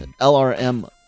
LRM